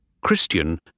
Christian